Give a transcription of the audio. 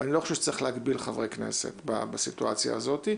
ואני לא חושב שצריך להגביל חברי כנסת בסיטואציה הזאת.